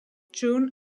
june